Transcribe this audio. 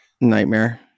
nightmare